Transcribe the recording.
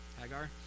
Hagar